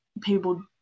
people